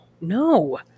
no